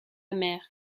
mer